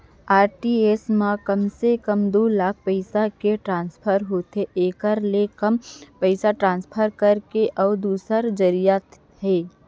RTGS म कम से कम दू लाख रूपिया के ट्रांसफर होथे एकर ले कम पइसा ट्रांसफर करे के अउ दूसर जरिया हे